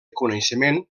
coneixement